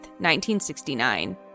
1969